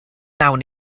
wnawn